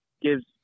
gives